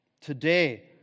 Today